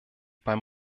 beim